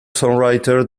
songwriter